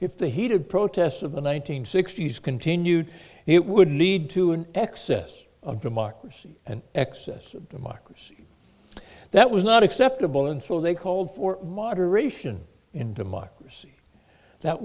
if the heated protests of the one nine hundred sixty s continued it would lead to an excess of democracy and excess democracy that was not acceptable and so they called for moderation in democracy that